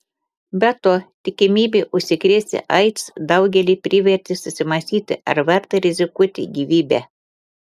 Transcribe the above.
be to tikimybė užsikrėsti aids daugelį privertė susimąstyti ar verta rizikuoti gyvybe